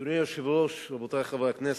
אדוני היושב-ראש, רבותי חברי הכנסת,